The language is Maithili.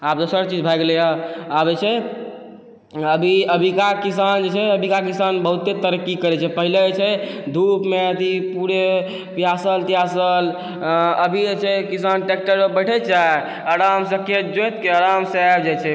आब दोसर चीज भए गेलै हइ आब जे छै अभी अभिका किसान जे छै अभिका किसान बहुते तरक्की करै छै पहले जे छै धूपमे अथी पूरे पियासल तियासल अभी जे छै किसान ट्रैक्टर पर बैठै छै आराम से खेत जोतिके आराम से आबि जाइ छै